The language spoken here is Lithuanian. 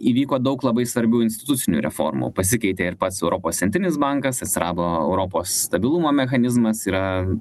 įvyko daug labai svarbių institucinių reformų pasikeitė ir pats europos centrinis bankas atsirado europos stabilumo mechanizmas yra